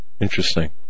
Interesting